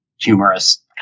humorous